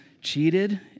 cheated